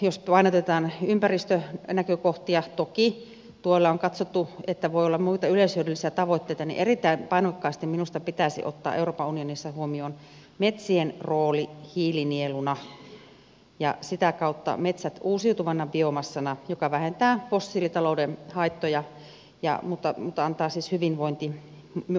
jos painotetaan ympäristönäkökohtia toki on katsottu että voi olla muita yleishyödyllisiä tavoitteita niin erittäin painokkaasti minusta pitäisi ottaa euroopan unionissa huomioon metsien rooli hiilinieluna ja sitä kautta metsät uusiutuvana biomassana joka vähentää fossiilitalouden haittoja mutta antaa siis hyvinvointietuja